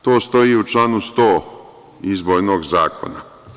To stoji u članu 100. izbornog zakona.